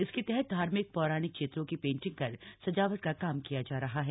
इसके तहत धार्मिक पौराणिक चित्रों की पेंटिंग कर सजावट का काम किया जा रहा है